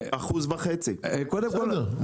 1.5%. בסדר.